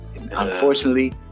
Unfortunately